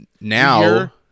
now